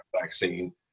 vaccine